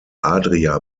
adria